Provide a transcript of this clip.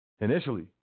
Initially